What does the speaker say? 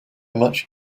much